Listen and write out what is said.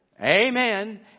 Amen